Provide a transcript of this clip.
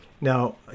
Now